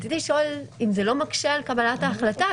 רציתי לשאול אם זה לא מקשה על קבלת ההחלטה.